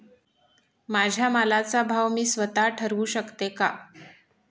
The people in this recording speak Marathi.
माझ्या मालाचा भाव मी स्वत: ठरवू शकते का?